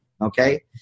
Okay